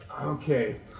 Okay